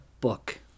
book